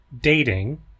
dating